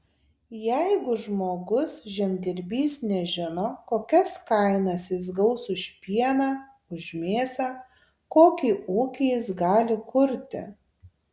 jeigu žmogus žemdirbys nežino kokias kainas jis gaus už pieną už mėsą kokį ūkį jis gali kurti